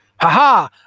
Ha-ha